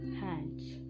hands